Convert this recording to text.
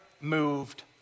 moved